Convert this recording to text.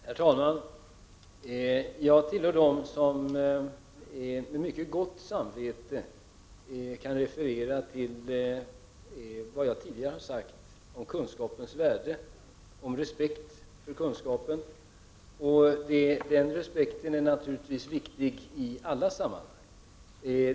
Herr talman! Jag tillhör dem som med mycket gott samvete kan referera till vad jag tidigare har sagt om kunskapens värde och om respekt för kunskapen. Den respekten är naturligtvis viktig i alla sammanhang.